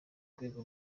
rwego